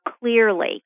clearly